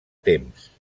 temps